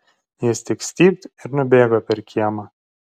jis tik stypt ir nubėgo per kiemą